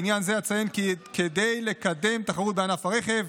בעניין זה אציין כי כדי לקדם תחרות בענף הרכב,